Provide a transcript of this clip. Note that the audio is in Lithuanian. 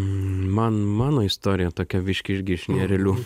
man mano istorija tokia biški irgi iš nerealių